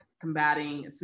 combating